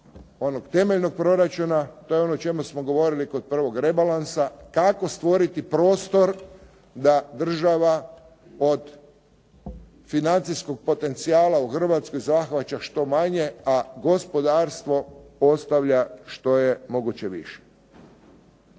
onog temeljnog proračuna. To je ono o čemu smo govorili kod prvog rebalansa kako stvoriti prostor da država od financijskog potencijala u Hrvatskoj zahvaća što manje, a gospodarstvo postavlja što je moguće više.